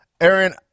Aaron